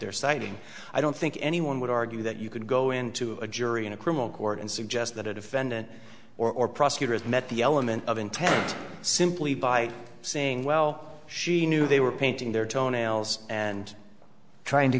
citing i don't think anyone would argue that you could go into a jury in a criminal court and suggest that a defendant or prosecutor has met the element of intent simply by saying well she knew they were painting their toenails and trying to